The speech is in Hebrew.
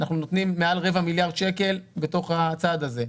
אנחנו נותנים מעל רבע מיליארד שקלים בתוך הצעד הזה.